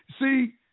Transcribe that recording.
See